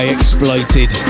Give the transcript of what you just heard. Exploited